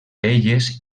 elles